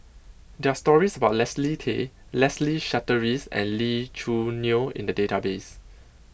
There Are stories about Leslie Tay Leslie Charteris and Lee Choo Neo in The Database